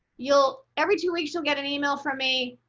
you'll every two weeks you'll get an email from me,